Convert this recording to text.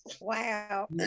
Wow